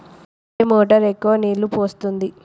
ఏ motor ఎక్కువ నీళ్లు పోస్తుంది?